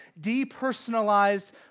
depersonalized